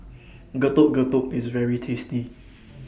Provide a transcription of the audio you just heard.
Getuk Getuk IS very tasty